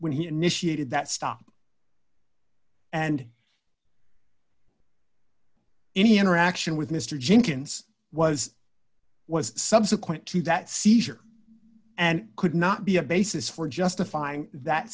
when he initiated that stop and any interaction with mr jenkins was was subsequent to that seizure and could not be a basis for justifying that